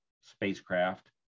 spacecraft